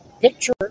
Picture